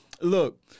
Look